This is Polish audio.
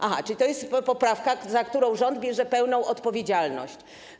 Aha, czyli to jest poprawka, za którą rząd bierze pełną odpowiedzialność.